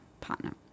partner